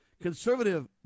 Conservative